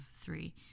three